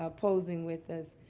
ah posing with us.